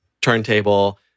turntable